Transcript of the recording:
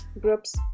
groups